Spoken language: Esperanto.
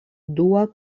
dua